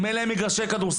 אם אין להם מגרשי כדורסל,